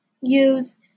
use